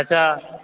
अच्छा